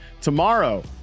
tomorrow